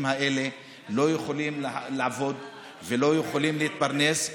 האלה לא יכולים לעבוד ולא יכולים להתפרנס,